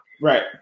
Right